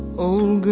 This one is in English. oh,